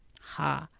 ha,